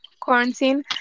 quarantine